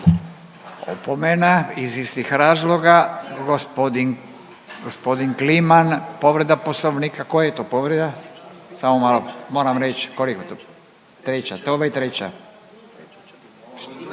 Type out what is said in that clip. Opomena iz istih razloga. Gospodin Kliman povreda poslovnika. Koja je to povreda, samo malo moram reć? Treća, to već treća.